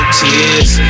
tears